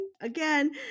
again